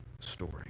story